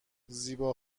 زیبا